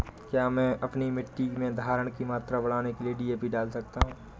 क्या मैं अपनी मिट्टी में धारण की मात्रा बढ़ाने के लिए डी.ए.पी डाल सकता हूँ?